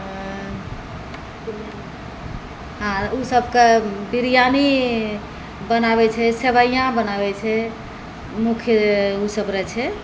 आओर ओसबके बिरआनी बनाबै छै सेवइआँ बनाबै छै मुख्य ओसब जे छै